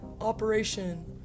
operation